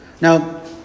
Now